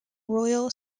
royal